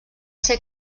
ser